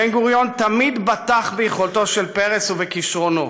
בן-גוריון תמיד בטח ביכולתו של פרס ובכישרונו,